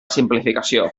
simplificació